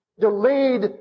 Delayed